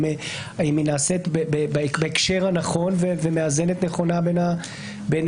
האם היא נעשית בהקשר הנכון ומאזנת נכונה בין